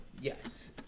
Yes